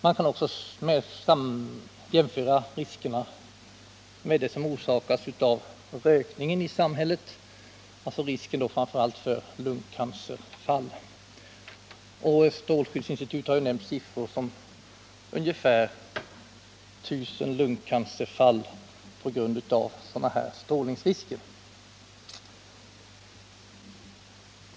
Man kan också jämföra riskerna med dem som orsakas av rökning, alltså framför allt risk för lungcancer. Strålskyddsinstitutet har nämnt siffror som tyder på att ungefär 1 000 lungcancerfall beror på den här typen av strålning.